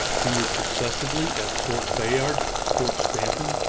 he was successively at fort bayard, fort stanton,